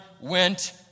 went